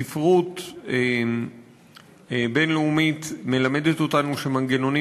ספרות בין-לאומית מלמדת אותנו שמנגנונים